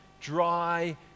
dry